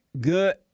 good